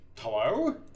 Hello